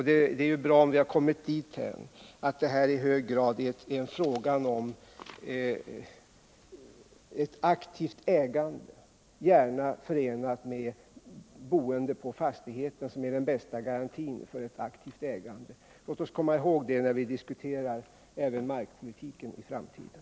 Det är bra om vi har kommit dithän att det i hög grad är fråga om ett aktivt ägande, gärna förenat med boende på fastigheten, vilket ju är den bästa garantin för aktivt ägande. Låt oss komma ihåg det även när vi diskuterar markpolitiken i framtiden!